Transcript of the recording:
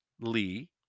Lee